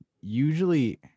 usually